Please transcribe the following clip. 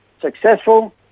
successful